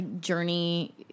journey